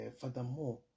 furthermore